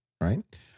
Right